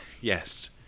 Yes